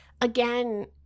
again